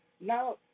Now